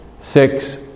six